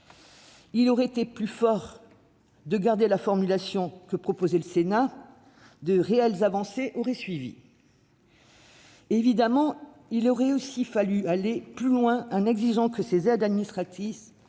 Il aurait été plus fort de conserver la formulation proposée par le Sénat ; de réelles avancées auraient suivi. Évidemment, il aurait aussi fallu aller plus loin en exigeant que cette aide administrative